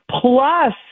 plus